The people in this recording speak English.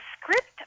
script